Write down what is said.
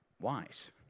wise